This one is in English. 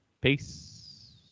Peace